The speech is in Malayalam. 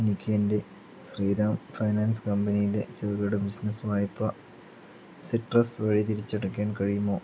എനിക്ക് എൻ്റെ ശ്രീറാം ഫൈനാൻസ് കമ്പനിയിലെ ചെറുകിട ബിസിനസ്സ് വായ്പ സിട്രസ് വഴി തിരിച്ചടയ്ക്കാൻ കഴിയുമോ